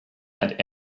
and